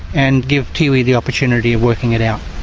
and give tiwi the opportunity of working it out.